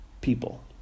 people